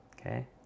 okay